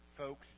folks